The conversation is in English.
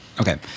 Okay